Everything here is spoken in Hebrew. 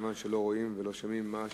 מכיוון שלא רואים ולא שומעים מה השאילתא,